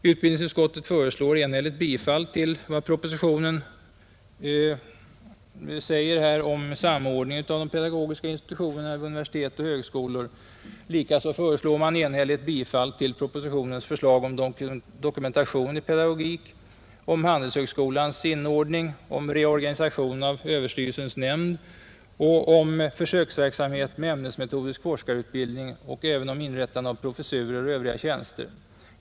Utbildningsutskottet föreslår enhälligt bifall till propositionen i vad avser samordning av de pedagogiska institutionerna vid universitet och lärarhögskola. Likaså tillstyrks enhälligt bifall till propositionens förslag om dokumentation i pedagogik, om handelshögskolans i Göteborg inordning i universitetet, om reorganisation av skolöverstyrelsens nämnd för pedagogiskt utvecklingsarbete och försöksverksamhet, om försöksverksamhet med ämnesmetodisk forskarutbildning samt om inrättande av professurer och övriga tjänster.